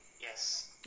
yes